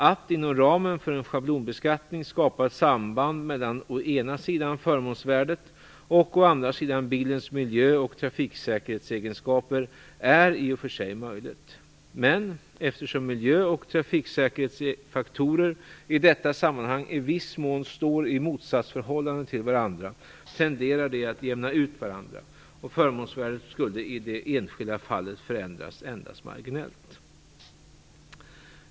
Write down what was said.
Att inom ramen för en schablonbeskattning skapa ett samband mellan å ena sidan förmånsvärdet och å andra sidan bilens miljö och trafiksäkerhetsegenskaper är i och för sig möjligt. Men eftersom miljö och trafiksäkerhetsfaktorer i detta sammanhang i viss mån står i motsatsförhållande till varandra tenderar de att jämna ut varandra, och förmånsvärdet skulle i det enskilda fallet förändras endast marginellt.